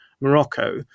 Morocco